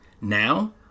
Now